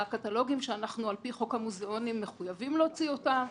אנחנו חושבים שלא יהיה נכון להוסיף הרחבה כזאת,